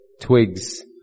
twigs